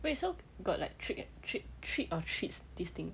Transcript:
wait so got like trick trick trick or treat this thing